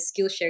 Skillshare